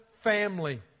family